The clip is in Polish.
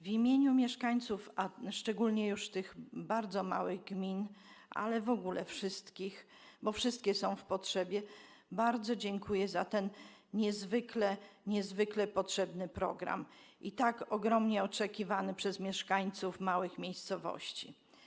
W imieniu mieszkańców, nie tylko tych bardzo małych gmin, ale w ogóle wszystkich, bo wszystkie są w potrzebie, bardzo dziękuję za ten niezwykle potrzebny program i tak ogromnie oczekiwany przez mieszkańców małych miejscowości.